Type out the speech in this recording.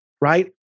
right